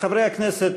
חברי הכנסת,